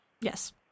Yes